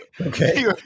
okay